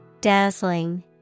Dazzling